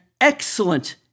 excellent